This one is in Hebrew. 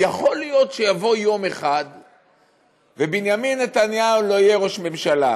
יכול להיות שיבוא יום אחד ובנימין נתניהו לא יהיה ראש ממשלה,